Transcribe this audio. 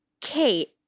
Kate